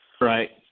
Right